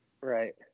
Right